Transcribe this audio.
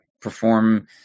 perform